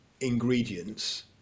ingredients